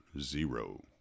Zero